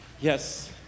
yes